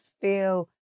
feel